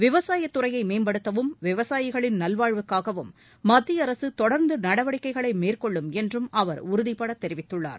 விவசாயத்துறையை மேம்படுத்தவும் விவசாயிகளின் நல்வாழ்வுக்காகவும் மத்திய அரசு தொடர்ந்து நடவடிக்கைகளை மேற்கொள்ளும் என்றும் அவர் உறுதிபடத் தெரிவித்துள்ளார்